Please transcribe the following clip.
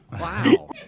Wow